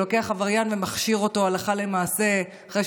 שלוקח עבריין ומכשיר אותו הלכה למעשה אחרי